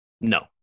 No